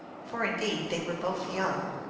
for indeed they were both young.